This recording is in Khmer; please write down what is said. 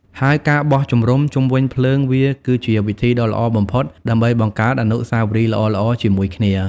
ហើយការបោះជំរំជុំវិញភ្លើងវាគឺជាវិធីដ៏ល្អបំផុតដើម្បីបង្កើតអនុស្សាវរីយ៍ល្អៗជាមួយគ្នា។